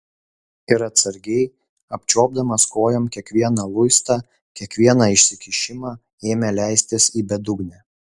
ir atsargiai apčiuopdamas kojom kiekvieną luistą kiekvieną išsikišimą ėmė leistis į bedugnę